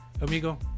amigo